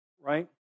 right